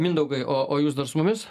mindaugai o o jūs dar su mumis